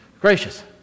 Gracious